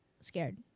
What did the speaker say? scared